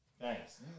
Thanks